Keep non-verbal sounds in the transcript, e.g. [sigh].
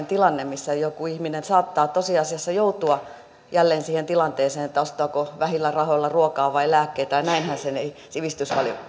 [unintelligible] tilanne missä joku ihminen saattaa tosiasiassa joutua jälleen siihen tilanteeseen että ostaako vähillä rahoilla ruokaa vai lääkkeitä ja näinhän se ei sivistysvaltiossa